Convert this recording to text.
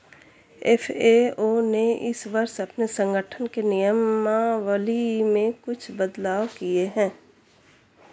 FAO ने इस वर्ष अपने संगठन के नियमावली में कुछ बदलाव किए हैं